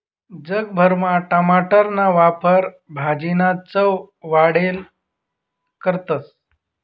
जग भरमा टमाटरना वापर भाजीना चव वाढाले करतस